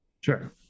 Sure